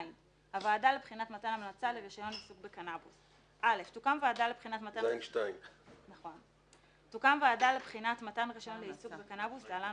הוועדה לבחינת מתן המלצה לרישיון עיסוק בקנבוס 25ז2. (א) תוקם ועדה לבחינת מתן רישיון לעיסוק בקנבוס (להלן,